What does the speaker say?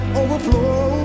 overflow